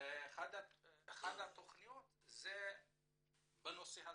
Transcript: ואחת התכניות הייתה בנושא הזה.